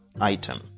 item